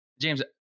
James